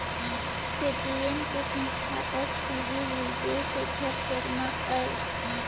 Paytm के संस्थापक सिरी विजय शेखर शर्मा अय